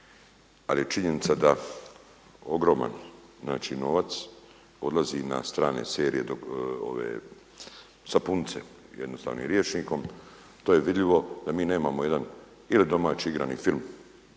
ali je činjenica da ogroman novac odlazi na strane serije sapunice, jednostavnim rječnikom, to je vidljivo jel mi nemamo jedan ili domaći igrani film